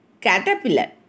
caterpillar